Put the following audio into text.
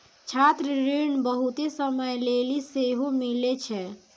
छात्र ऋण बहुते समय लेली सेहो मिलै छै